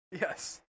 Yes